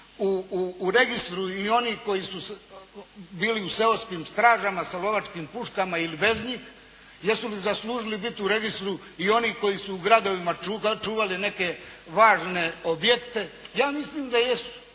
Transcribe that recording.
u registru i oni koji su bili u seoskim stražama sa lovačkim puškama ili bez njih, jesu li zaslužili biti u registru i oni koji su u gradovima čuvali neke važne objekte. Ja mislim da jesu.